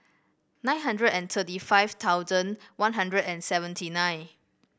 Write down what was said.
nine hundred and thirty five thousand One Hundred and seventy nine